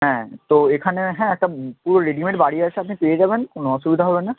হ্যাঁ তো এখানে হ্যাঁ একটা পুরো রেডি মেড বাড়ি আছে আপনি পেয়ে যাবেন কোনো অসুবিধা হবে না